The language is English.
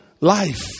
Life